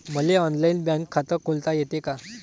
मले online bank खात खोलता येते का?